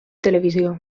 televisió